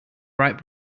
bright